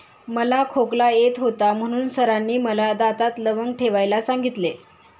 मला खोकला येत होता म्हणून सरांनी मला दातात लवंग ठेवायला सांगितले